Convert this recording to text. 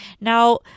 Now